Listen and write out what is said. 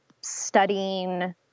studying